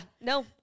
no